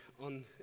on